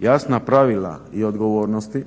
jasna pravila i odgovornosti